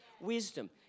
wisdom